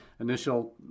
initial